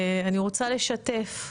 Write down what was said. אני רוצה לשתף.